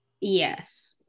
yes